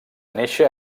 néixer